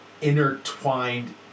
intertwined